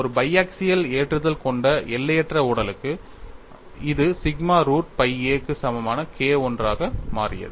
ஒரு பைஆக்சியல் ஏற்றுதல் கொண்ட எல்லையற்ற உடலுக்கு இது சிக்மா ரூட் pi a க்கு சமமான K I ஆக மாறியது